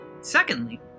Secondly